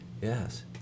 Yes